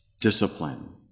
discipline